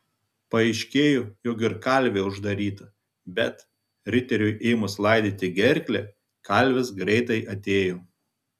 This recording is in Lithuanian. paaiškėjo jog ir kalvė uždaryta bet riteriui ėmus laidyti gerklę kalvis greitai atėjo